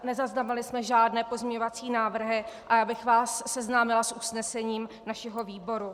Nezaznamenali jsme žádné pozměňovací návrhy a já bych vás seznámila s usnesením našeho výboru.